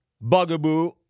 bugaboo